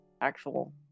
actual